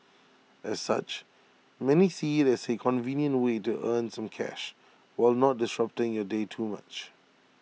as such many see IT as A convenient way to earn some cash while not disrupting your day too much